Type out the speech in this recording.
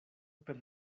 per